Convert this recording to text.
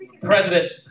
President